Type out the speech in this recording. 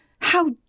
How